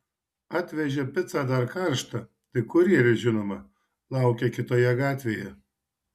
atvežė picą dar karštą tik kurjeris žinoma laukė kitoje gatvėje